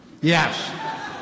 Yes